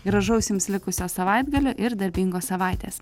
gražaus jums likusio savaitgalio ir darbingos savaitės